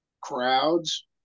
crowds